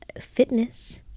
Fitness